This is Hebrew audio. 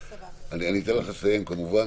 אני אתן לך לסיים כמובן,